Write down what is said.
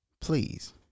Please